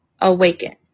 awaken